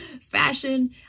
fashion